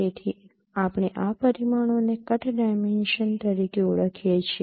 તેથી આપણે આ પરિમાણોને કટ ડાયમેન્શન તરીકે ઓળખીએ છીએ